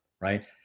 right